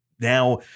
now